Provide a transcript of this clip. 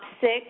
six